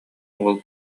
уол